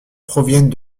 proviennent